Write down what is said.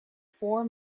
four